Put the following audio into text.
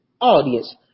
audience